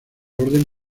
orden